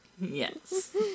Yes